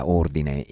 ordine